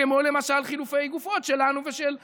כמו חילופי גופות שלנו ושל אויבינו.